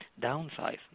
downsize